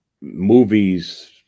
movies